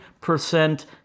percent